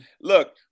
look